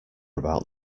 about